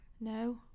No